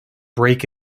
break